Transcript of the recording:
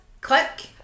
Click